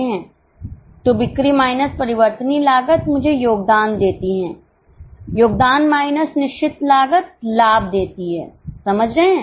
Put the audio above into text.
तो बिक्री माइनस परिवर्तनीय लागत मुझे योगदान देती है योगदान माइनस निश्चित लागत लाभ देती हैसमझ रहे हैं